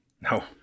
No